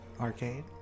arcade